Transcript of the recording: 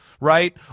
right